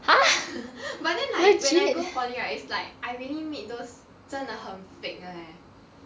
but then like when I go poly right is like I really meet those 真的很 fake 的 leh